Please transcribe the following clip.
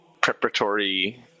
preparatory